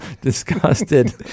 disgusted